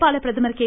நேபாள பிரதமர் கே